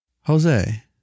Jose